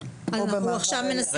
כן, או במעבר אליה.